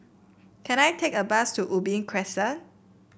can I take a bus to Ubi Crescent